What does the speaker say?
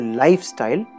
lifestyle